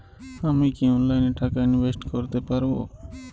আমি কি অনলাইনে টাকা ইনভেস্ট করতে পারবো?